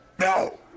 No